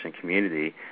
community